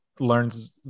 learns